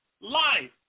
life